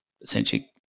essentially